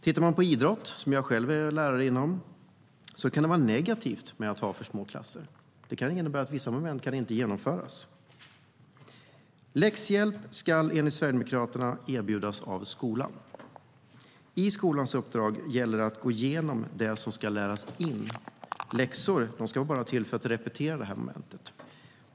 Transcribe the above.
Inom idrott, som jag själv är lärare i, kan det vara negativt att ha för små klasser eftersom det kan innebära att vissa moment inte kan genomföras. Läxhjälp ska enligt Sverigedemokraterna erbjudas av skolan. I skolans uppdrag ingår att gå igenom det som ska läras in, och läxor ska bara vara till för att repetera momentet.